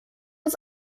uns